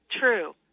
true